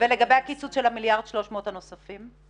לגבי הקיצוץ של המיליארד ו-300 מיליון השקלים הנוספים?